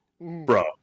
bro